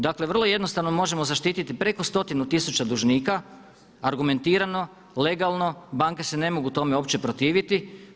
Dakle, vrlo jednostavno možemo zaštiti preko stotinu tisuća dužnika argumentirano, legalno, banke se ne mogu tome uopće protiviti.